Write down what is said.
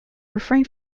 refrain